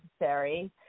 necessary